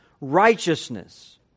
righteousness